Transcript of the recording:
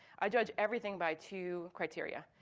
i judge everything by two criteria,